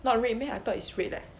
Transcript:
not red meh I thought is red leh